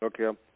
Okay